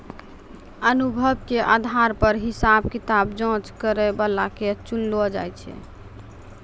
अनुभव के आधार पर हिसाब किताब जांच करै बला के चुनलो जाय छै